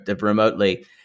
remotely